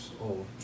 old